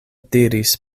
diris